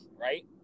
right